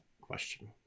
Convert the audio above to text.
question